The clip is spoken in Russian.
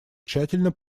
тщательно